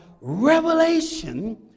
revelation